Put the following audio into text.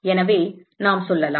எனவே நாம் சொல்லலாம்